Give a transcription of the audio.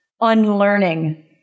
unlearning